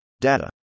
Data